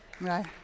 right